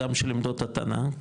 גם של עמדות הטענה,